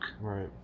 Right